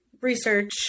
research